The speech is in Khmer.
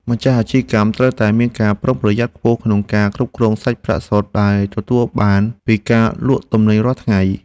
ម្ចាស់អាជីវកម្មត្រូវតែមានការប្រុងប្រយ័ត្នខ្ពស់ក្នុងការគ្រប់គ្រងសាច់ប្រាក់សុទ្ធដែលទទួលបានពីការលក់ទំនិញរាល់ថ្ងៃ។